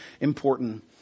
important